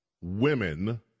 women